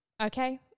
okay